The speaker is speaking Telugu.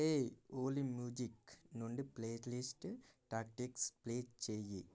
హేయ్ ఓలీ మ్యూజిక్ నుండి ప్లేలిస్ట్ టాక్టిక్స్ ప్లే చెయ్యి